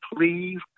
please